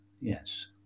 yes